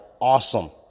awesome